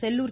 Sellur